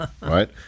right